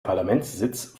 parlamentssitz